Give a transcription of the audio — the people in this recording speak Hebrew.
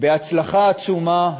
בהצלחה עצומה,